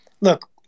look